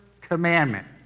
commandment